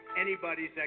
anybody's